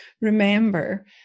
remember